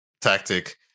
tactic